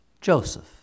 Joseph